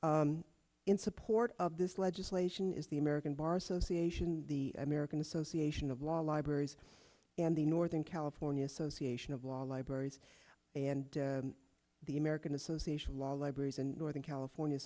board in support of this legislation is the american bar association the american association of law libraries and the northern california association of law libraries and the american association of law libraries and northern california